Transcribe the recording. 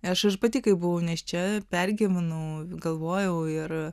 aš pati kai buvau nėščia pergyvenau galvojau ir